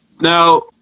Now